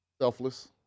Selfless